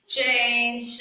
Change